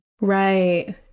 Right